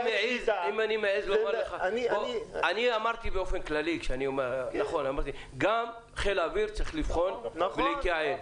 אני אמרתי באופן כללי שגם חיל האוויר צריך לבחון ולהתייעל.